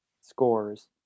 scores